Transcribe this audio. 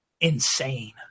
insane